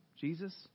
Jesus